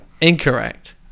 Incorrect